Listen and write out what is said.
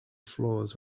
floors